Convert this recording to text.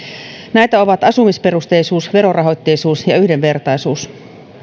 näitä ovat asumisperusteisuus verorahoitteisuus ja yhdenvertaisuus